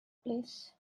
place